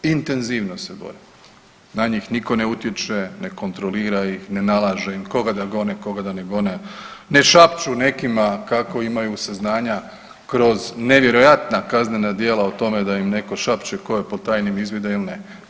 Intenzivno se bore, na njih nitko ne utječe, ne kontrolira ih, ne nalaže im koga da gone, koga da ne gone, ne šapću nekima kako imaju saznanja kroz nevjerojatna kaznena djela o tome da im netko šapće tko je pod tajnim izvidima ili ne.